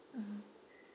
(uh huh)